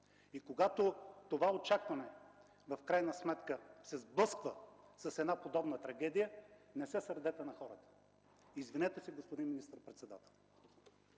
и когато това очакване се сблъсква с подобна трагедия, не се сърдете на хората. Извинете се, господин министър-председател.